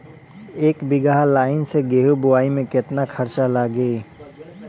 एक बीगहा लाईन से गेहूं बोआई में केतना खर्चा लागी?